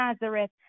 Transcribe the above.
Nazareth